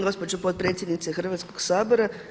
Gospođo potpredsjednice Hrvatskoga sabora!